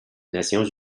nations